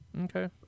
Okay